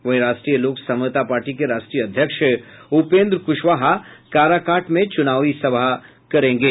वहीं राष्ट्रीय लोक समता पार्टी के राष्ट्रीय अध्यक्ष उपेन्द्र क्शवाहा काराकाट में चुनाव प्रचार करेंगे